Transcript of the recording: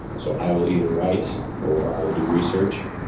so i will either write, or i will do research.